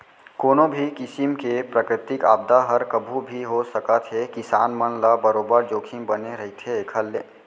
कोनो भी किसिम के प्राकृतिक आपदा हर कभू भी हो सकत हे किसान मन ल बरोबर जोखिम बने रहिथे एखर ले